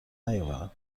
نیاورند